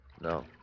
No